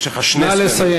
יש לך שני סגנים, נא לסיים.